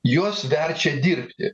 juos verčia dirbti